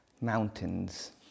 Mountains